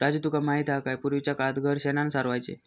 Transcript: राजू तुका माहित हा काय, पूर्वीच्या काळात घर शेणानं सारवायचे